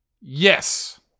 Yes